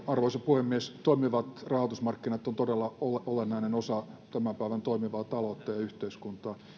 arvoisa puhemies toimivat rahoitusmarkkinat ovat todella olennainen osa tämän päivän toimivaa taloutta ja yhteiskuntaa